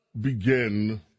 begin